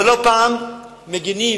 לא פעם מגינים